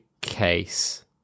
case